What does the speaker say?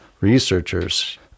researchers